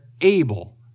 able